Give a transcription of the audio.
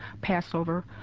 Passover